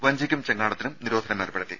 വഞ്ചിയ്ക്കും ചങ്ങാടത്തിനും നിരോധനം ഏർപ്പെടുത്തി